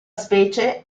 specie